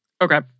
Okay